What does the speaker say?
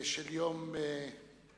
של יום שישי,